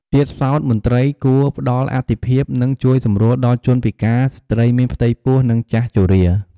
ទៀតសោធមន្ត្រីគួរផ្តល់អាទិភាព និងជួយសម្រួលដល់ជនពិការ ស្ត្រីមានផ្ទៃពោះ និងចាស់ជរា។